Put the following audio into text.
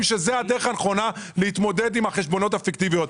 שזאת הדרך הנכונה להתמודד עם החשבוניות הפיקטיביות.